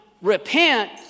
Repent